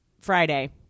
Friday